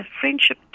friendship